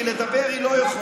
כי לדבר היא לא יכולה,